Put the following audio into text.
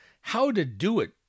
how-to-do-it